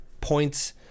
points